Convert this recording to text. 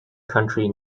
country